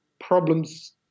problems